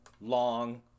long